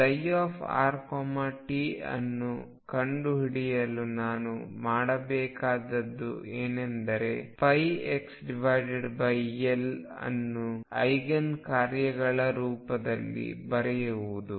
ψrt ಅನ್ನು ಕಂಡುಹಿಡಿಯಲು ನಾನು ಮಾಡಬೇಕಾದುದು ಏನೆಂದರೆ πxLಅನ್ನು ಐಗನ್ ಕಾರ್ಯಗಳ ರೂಪದಲ್ಲಿ ಬರೆಯುವುದು